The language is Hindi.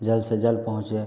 जल्द से जल्द पहुँचे